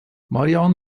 marianne